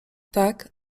tak